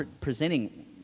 presenting